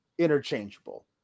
interchangeable